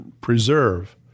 preserve